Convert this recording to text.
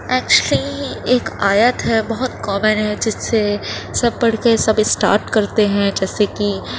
اچھی ایک آیت ہے بہت کامن ہے جس سے سب پڑھ کے سب اسٹارٹ کرتے ہیں جیسے کہ